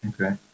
Okay